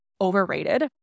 overrated